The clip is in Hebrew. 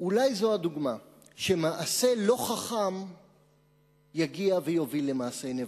אולי זאת הדוגמה לכך שמעשה לא חכם יגיע ויוביל למעשי נבלה.